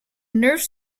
nerve